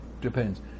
depends